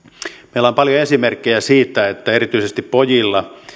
meillä on paljon esimerkkejä siitä että erityisesti pojilla